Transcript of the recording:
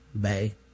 Bay